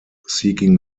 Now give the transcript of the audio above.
seeking